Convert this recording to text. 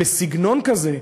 בסגנון כזה,